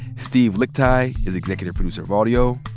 steve lickteig is executive producer of audio.